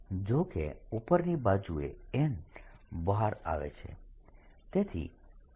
જો કે ઉપરની બાજુએ nબહાર આવે છે